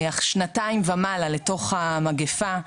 שנתיים ומעלה לתוך המגפה.